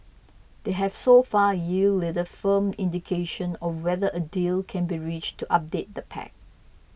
they have so far yielded little firm indication of whether a deal can be reached to update the pact